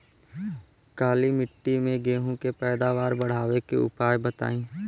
काली मिट्टी में गेहूँ के पैदावार बढ़ावे के उपाय बताई?